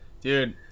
Dude